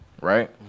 right